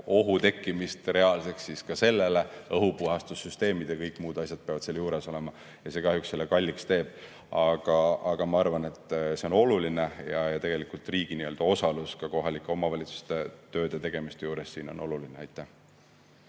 tekkimist reaalseks, siis ka sellele, õhupuhastussüsteemid ja kõik muud asjad peavad seal juures olema. See kahjuks selle kalliks teeb. Aga ma arvan, et see on oluline, ja tegelikult riigi osalus kohalike omavalitsuste tööde-tegemiste juures siin on oluline. Marko